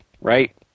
Right